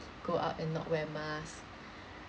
go out and not wear mask